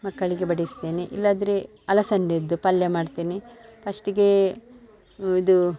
ಮಕ್ಕಳಿಗೆ ಬಡಿಸ್ತೇನೆ ಇಲ್ಲದಿದ್ರೆ ಅಲಸಂದಿದ್ದು ಪಲ್ಯ ಮಾಡ್ತೇನೆ ಫಸ್ಟಿಗೇ ಇದು